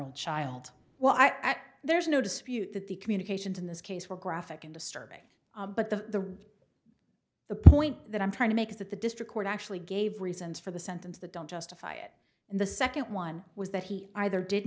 old child well i at there is no dispute that the communications in this case were graphic and disturbing but the the point that i'm trying to make is that the district court actually gave reasons for the sentence that don't justify it and the second one was that he either did